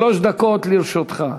שלוש דקות לרשותך.